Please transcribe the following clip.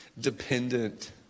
dependent